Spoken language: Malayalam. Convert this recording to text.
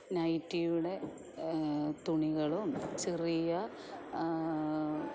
നൈറ്റിയുടെ തുണികളും ചെറിയ